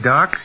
Doc